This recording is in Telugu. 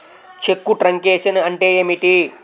చెక్కు ట్రంకేషన్ అంటే ఏమిటి?